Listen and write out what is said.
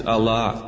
Allah